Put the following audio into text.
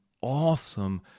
awesome